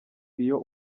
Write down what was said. iyo